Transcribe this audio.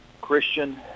Christian